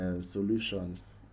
solutions